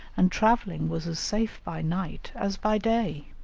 and travelling was as safe by night as by day.